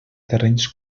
terrenys